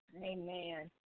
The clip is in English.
Amen